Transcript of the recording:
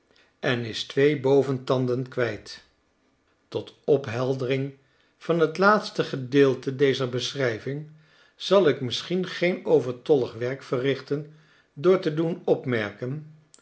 en is twee boventanden kwijt tot opheldering van tlaatste gedeelte dezer beschryving zal ik misschien geen overtollig werk verrichten door te doen opmerken